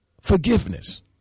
forgiveness